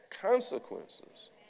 consequences